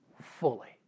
fully